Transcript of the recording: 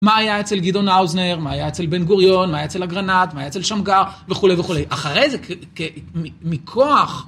מה היה אצל גדעון האוזנר, מה היה אצל בן גוריון, מה היה אצל אגרנט, מה היה אצל שמגר, וכולי וכולי. אחרי זה, מכוח.